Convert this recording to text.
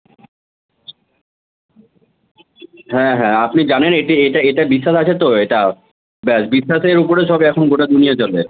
হ্যাঁ হ্যাঁ আপনি জানেন এটি এটা এটা বিশ্বাস আছে তো এটা ব্যস বিশ্বাসের ওপরে সব এখন গোটা দুনিয়া চলে